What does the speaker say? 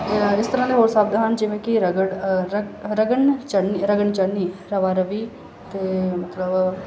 ਇਸ ਤਰ੍ਹਾਂ ਦੇ ਹੋਰ ਸ਼ਬਦ ਹਨ ਜਿਵੇਂ ਕਿ ਰਗੜ ਰਗੜਨ ਚੜਨੀ ਰਗੜਨ ਚੜਨੀ ਰਵਾ ਰਵੀ ਅਤੇ ਮਤਲਬ